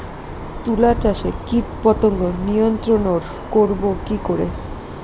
তুলা চাষে কীটপতঙ্গ নিয়ন্ত্রণর করব কি করে?